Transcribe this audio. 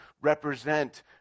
represent